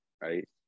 right